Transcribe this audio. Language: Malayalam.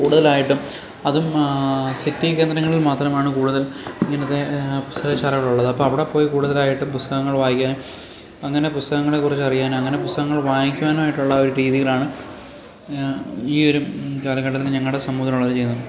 കൂടുതലായിട്ടും അതും സിറ്റി കേന്ദ്രങ്ങളിൽ മാത്രമാണ് കൂടുതൽ ഇങ്ങനത്തെ പുസ്തക ശാലകളുള്ളത് അപ്പോള് അവിടെപ്പോയി കൂടുതലായിട്ടും പുസ്തകങ്ങൾ വായിക്കാന് അങ്ങനെ പുസ്തകങ്ങളെക്കുറിച്ച് അറിയാനും അങ്ങനെ പുസ്തകങ്ങൾ വായിക്കുവാനുമായിട്ടുള്ള ഒരു രീതിയിലാണ് ഈയൊരു കാലഘട്ടത്തിന് ഞങ്ങളുടെ സമൂഹത്തിലുള്ളവര് ചെയ്യുന്നത്